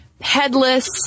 headless